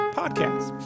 podcast